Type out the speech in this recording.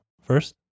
first